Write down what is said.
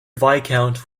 viscount